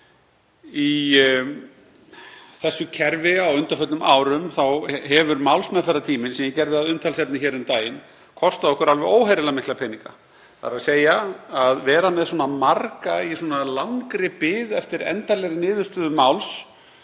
í þessu kerfi á undanförnum árum hefur málsmeðferðartíminn, sem ég gerði að umtalsefni hér um daginn, kostað okkur alveg óheyrilega mikla peninga, þ.e. að vera með svona marga í langri bið eftir endanlegri niðurstöðu máls